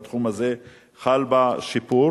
בתחום הזה חל בה שיפור.